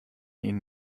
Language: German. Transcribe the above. ihnen